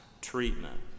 treatment